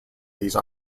these